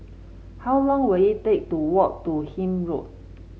how long will it take to walk to Hythe Road